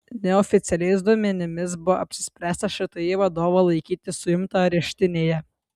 neoficialiais duomenimis buvo apsispręsta šti vadovą laikyti suimtą areštinėje